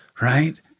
right